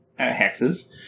hexes